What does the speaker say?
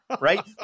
right